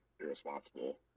irresponsible